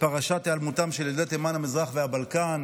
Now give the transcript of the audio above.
בפרשת היעלמותם של ילדי תימן, המזרח והבלקן,